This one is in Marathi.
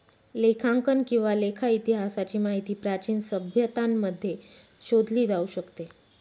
लेखांकन किंवा लेखा इतिहासाची माहिती प्राचीन सभ्यतांमध्ये शोधली जाऊ शकते